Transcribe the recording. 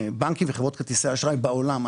בנקים וחברות כרטיסי אשראי בעולם,